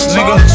Nigga